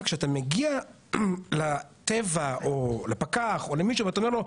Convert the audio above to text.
כשאתה מגיע לטבע או לפקח או למישהו ואומר לו: